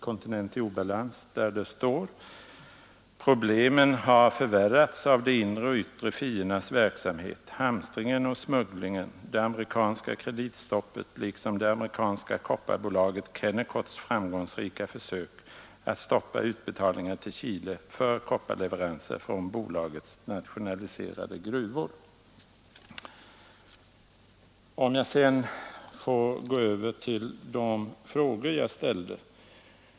Kontinent i obalans. Där står det på s. 60 om situationen i Chile: ”Problemen har förvärrats av de inre och yttre fiendernas verksamhet: hamstringen och smugglingen, det amerikanska kreditstoppet liksom det amerikanska kopparbolaget Kennecotts framgångsrika försök att stoppa utbetalningar till Chile för kopparleveranser från bolagets nationaliserade gruvor.” Sedan övergår jag till de frågor jag ställde.